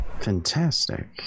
fantastic